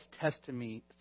testimony